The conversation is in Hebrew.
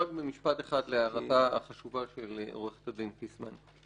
רק במשפט אחד להערתה החשובה של עורכת הדין פיסמן.